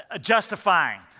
justifying